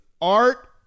Art